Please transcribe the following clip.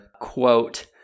quote